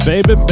Baby